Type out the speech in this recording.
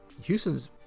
Houston's